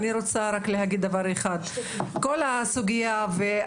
אני רק רוצה להגיד דבר אחד: לצערי הרב,